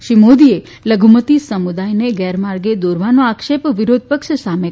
શ્રી મોદીએ લધુમતી સમુદાયને ગેરમાર્ગે દોરવાનો આક્ષેપ વિરોધપક્ષ સામે કર્યો છે